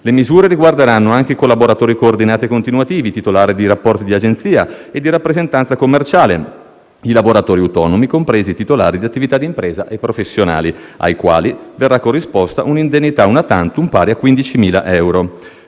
Le misure riguarderanno anche i collaboratori coordinati e continuativi, i titolari di rapporti di agenzia e di rappresentanza commerciale, i lavoratori autonomi, compresi i titolari di attività d'impresa e professionali, ai quali verrà corrisposta un'indennità *una tantum* pari a 15.000 euro.